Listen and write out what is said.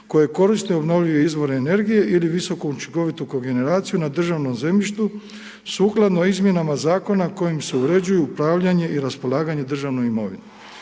koje koriste obnovljive izvore energije ili visoku učinkovitu kogeneraciju na državnom zemljištu sukladno izmjenama zakona kojim se uređuju upravljanje i raspolaganje državnom imovinom.